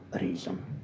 reason